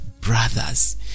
brothers